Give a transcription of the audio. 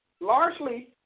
largely